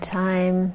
time